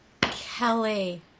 Kelly